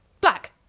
Black